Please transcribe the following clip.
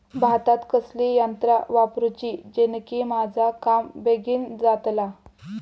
भातात कसली यांत्रा वापरुची जेनेकी माझा काम बेगीन जातला?